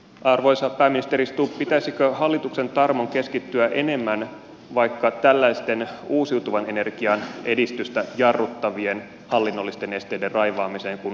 arvoisa pääministeri stubb pitäisikö hallituksen tarmon keskittyä enemmän vaikka tällaisten uusiutuvan energian edistystä jarruttavien hallinnollisten esteiden raivaamiseen kuin ympäristönormien karsimiseen